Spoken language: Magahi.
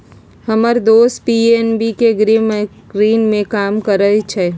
हम्मर दोस पी.एन.बी के गृह ऋण में काम करइ छई